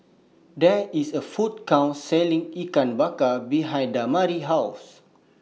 There IS A Food Court Selling Ikan Bakar behind Damari's House